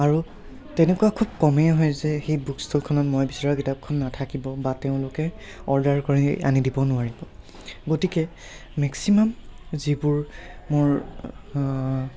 আৰু তেনেকুৱা খুব কমেই হয় যে সেই বুক ষ্টলখনত মই বিচৰা কিতাপখন নাথাকিব বা তেওঁলোকে অৰ্ডাৰ কৰি আনি দিব নোৱাৰিব গতিকে মেক্সিমাম যিবোৰ মোৰ